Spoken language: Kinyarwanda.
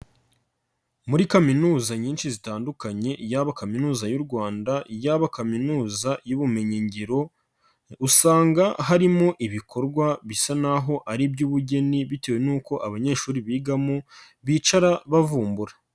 Muri kaminuza nyinshi zitandukanye yaba kaminuza y'u Rwanda, yaba kaminuza y'ubumenyingiro, usanga harimo ibikorwa bisa n'aho ari iby'ubugeni bitewe n'uko abanyeshuri bigamo bicara bavumbura.